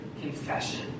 confession